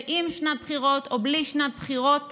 ועם שנת בחירות או בלי שנת בחירות